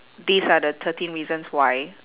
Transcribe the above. these are the thirteen reasons why